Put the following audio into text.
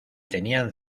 tenían